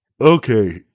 Okay